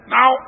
Now